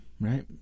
Right